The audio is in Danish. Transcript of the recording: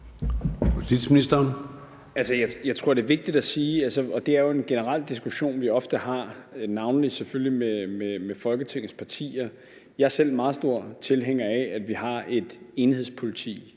Jeg tror, det er vigtigt at sige, at det jo er en generel diskussion, vi ofte har, navnlig selvfølgelig med Folketingets partier. Jeg er selv en meget stor tilhænger af, at vi har et enhedspoliti